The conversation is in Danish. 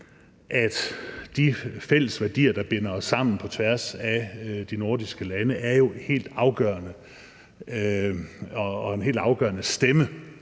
at de fælles værdier, der binder os sammen på tværs af de nordiske lande, jo er helt afgørende og